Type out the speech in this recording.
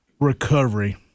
recovery